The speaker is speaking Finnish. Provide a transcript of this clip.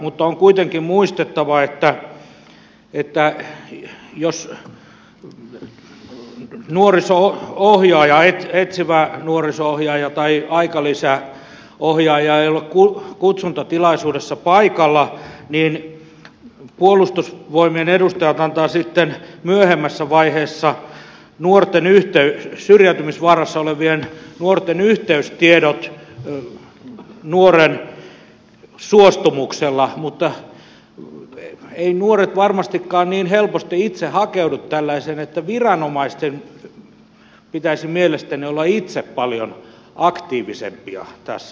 mutta on kuitenkin muistettava että jos nuoriso ohjaaja etsivä nuoriso ohjaaja tai aikalisä ohjaaja ei ole kutsuntatilaisuudessa paikalla niin puolustusvoimien edustajat antavat sitten myöhemmässä vaiheessa syrjäytymisvaarassa olevien nuorten yhteystiedot nuoren suostumuksella mutta eivät nuoret varmastikaan niin helposti itse hakeudu tällaiseen vaan viranomaisten pitäisi mielestäni olla itse paljon aktiivisempia tässä asiassa